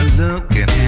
looking